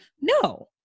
no